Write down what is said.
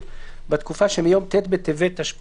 הוא דווקא פתוח